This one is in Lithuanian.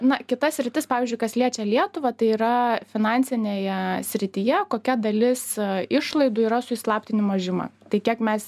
na kita sritis pavyzdžiui kas liečia lietuvą tai yra finansinėje srityje kokia dalis išlaidų yra su įslaptinimo žyma tai kiek mes